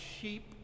sheep